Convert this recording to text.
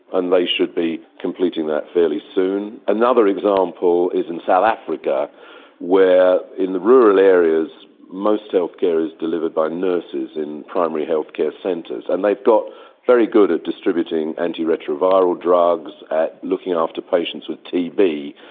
and they should be completing that fairly soon. another example is in south africa where in the rural areas most healthcare is delivered by nurses in primary health care centres, and they've got very good at distributing antiretroviral drugs, looking after patients with tb,